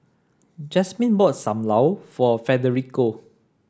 Jazmine bought Sam Lau for Federico